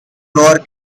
lower